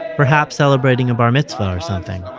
perhaps celebrating a bar mitzvah or something.